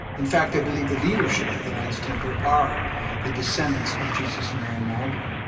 in fact, i believe the leadership of the knights templar are the descendants of jesus and mary magdalene,